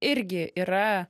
irgi yra